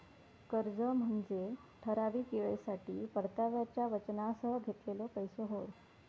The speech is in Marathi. कर्ज म्हनजे ठराविक येळेसाठी परताव्याच्या वचनासह घेतलेलो पैसो होय